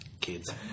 kids